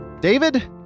David